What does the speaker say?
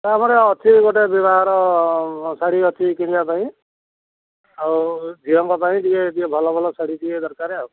ହଁ ଆମର ଅଛି ଗୋଟେ ବିଭାଘର ଶାଢ଼ୀ ଅଛି କିଣିବା ପାଇଁ ଆଉ ଝିଅଙ୍କ ପାଇଁ ଟିକେ ଟିକେ ଭଲ ଭଲ ଶାଢ଼ୀ ଟିକେ ଦରକାର ଆଉ